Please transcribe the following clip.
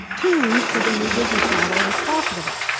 tuned for the new business model that's profitable.